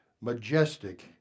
majestic